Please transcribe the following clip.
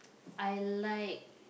I like